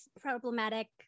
problematic